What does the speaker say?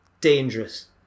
dangerous